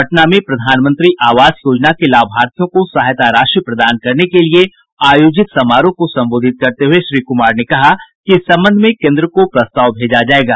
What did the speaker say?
पटना में प्रधानमंत्री आवास योजना के लाभार्थियों को सहायता राशि प्रदान करने के लिये आयोजित समारोह को संबोधित करते हुये श्री कुमार ने कहा कि इस संबंध में केंद्र को प्रस्ताव भेजा जायेगा